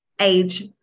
age